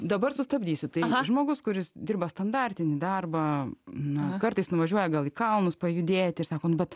dabar sustabdysiu tai žmogus kuris dirba standartinį darbą na kartais nuvažiuoja gal į kalnus pajudėti ir sako nu bet